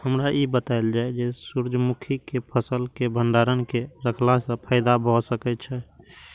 हमरा ई बतायल जाए जे सूर्य मुखी केय फसल केय भंडारण केय के रखला सं फायदा भ सकेय छल?